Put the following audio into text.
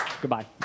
Goodbye